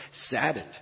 saddened